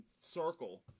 circle